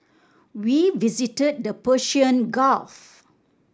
we visited the Persian Gulf